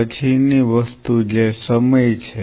પછી ની વસ્તુ જે સમય છે